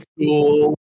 school